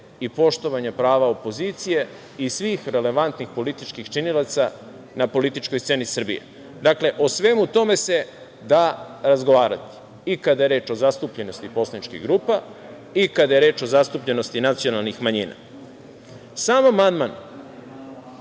i poštovanja prava opozicije i svih relevantnih političkih činilaca na političkoj sceni Srbije. Dakle, o svemu tome se da razgovarati, i kada je reč o zastupljenosti poslaničkih grupa i kada je reč o zastupljenosti nacionalnih manjina. Sam amandman,